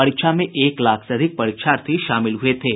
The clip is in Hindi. परीक्षा में एक लाख से अधिक परीक्षार्थी शामिल हुये थे